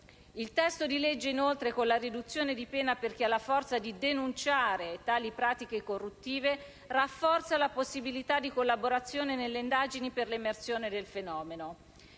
Il disegno di legge, inoltre, con la riduzione di pena per chi ha la forza di denunciare tale pratiche corruttive rafforza la possibilità di collaborazione nelle indagini per l'emersione del fenomeno.